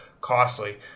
Costly